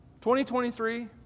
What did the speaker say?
2023